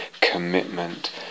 commitment